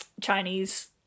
Chinese